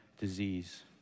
disease